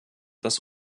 das